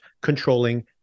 controlling